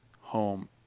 Home